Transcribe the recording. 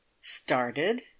started